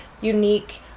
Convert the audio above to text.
unique